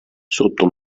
sotto